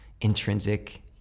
intrinsic